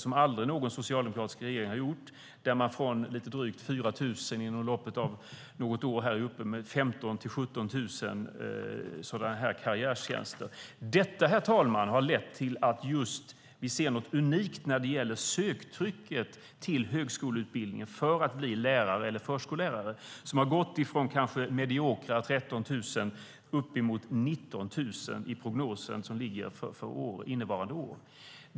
Det har aldrig någon socialdemokratisk regering gjort. Från lite drygt 4 000 är vi inom loppet av något år uppe i 15 000-17 000 sådana här karriärtjänster. Detta, herr talman, har lett till att vi ser något unikt när det gäller söktrycket till högskoleutbildningen för att bli lärare eller förskollärare. Den har gått från mediokra 13 000 till upp mot 19 000 i prognosen för innevarande år.